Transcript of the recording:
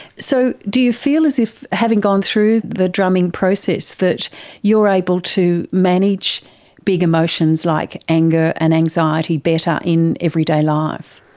so do you feel as if having gone through the drumming process that you are able to manage big emotions like anger and anxiety better in everyday life?